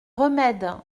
remède